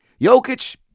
Jokic